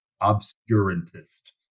obscurantist